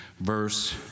verse